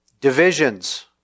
Divisions